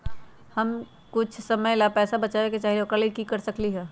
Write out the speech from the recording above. हम कुछ समय ला पैसा बचाबे के चाहईले ओकरा ला की कर सकली ह?